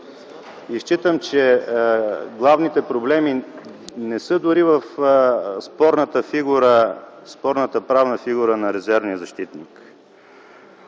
Смятам, че главните проблеми не са дори в спорната правна фигура на резервния защитник.